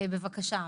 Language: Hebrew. בבקשה אבי.